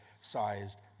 sized